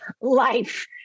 life